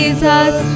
Jesus